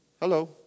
Hello